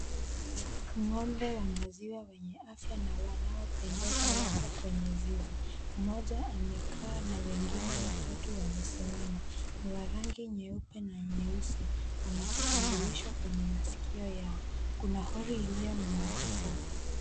Ng'ombe wa maziwa wenye afya na wanaopendeza, wako kwenye zizi. Mmoja amekaa na wengine watatu wamesimama. Ni wa rangi nyeupe na nyeusi wana kitambulisho kwenye masikio yao. Kuna hori iliyo na maji safi.